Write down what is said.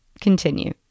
continue